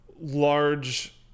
large